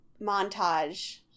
montage